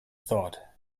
thought